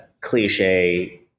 cliche